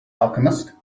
alchemist